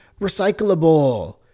recyclable